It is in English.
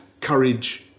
courage